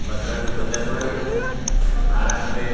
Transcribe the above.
Bhadradri Kothagudem Narayanpet